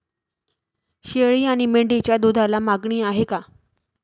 शेळी आणि मेंढीच्या दूधाला मागणी आहे का?